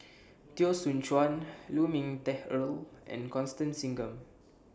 Teo Soon Chuan Lu Ming Teh Earl and Constance Singam